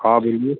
हाँ बोलिए